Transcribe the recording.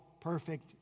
perfect